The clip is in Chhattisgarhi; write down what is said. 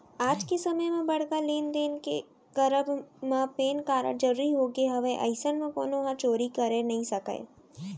आज के समे म बड़का लेन देन के करब म पेन कारड जरुरी होगे हवय अइसन म कोनो ह चोरी करे नइ सकय